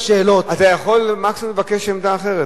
מקסימום אתה יכול לבקש עמדה אחרת,